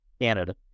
Canada